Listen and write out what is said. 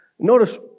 Notice